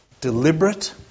deliberate